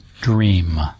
dream